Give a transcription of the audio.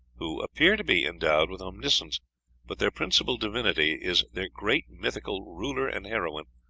who appear to be endowed with omniscience but their principal divinity is their great mythical ruler and heroine,